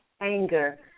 anger